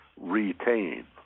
retain